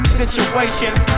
situations